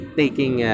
taking